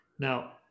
Now